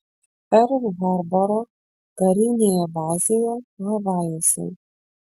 perl harboro karinėje bazėje havajuose